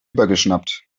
übergeschnappt